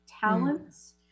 talents